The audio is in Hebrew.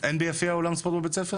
אין ביפיע אולם ספורט בבית הספר?